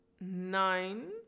Nine